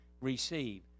receive